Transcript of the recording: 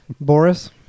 Boris